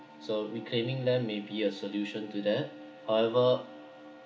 so reclaiming land may be a solution to that however